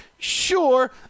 Sure